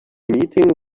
meeting